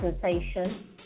sensation